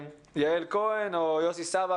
יעל סימן טוב כהן או יוסי סבג,